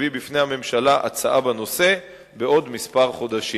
בפני הממשלה הצעה בנושא בעוד חודשים מספר.